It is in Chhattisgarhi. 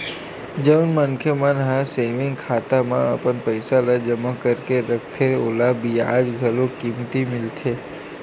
जउन मनखे मन ह सेविंग खाता म अपन पइसा ल जमा करके रखथे ओला बियाज घलो कमती मिलथे